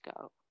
go